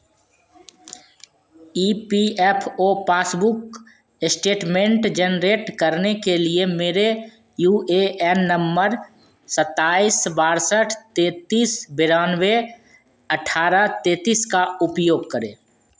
ई P F O passbook statement generate करने के लिए मेरे यू ए एन नंबर सत्ताईस बासठ तैतीस बयानवे अठारह तेतीस का उपयोग करें